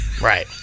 Right